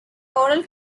oral